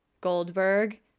Goldberg